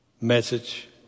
message